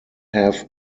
have